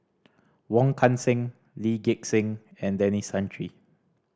Wong Kan Seng Lee Gek Seng and Denis Santry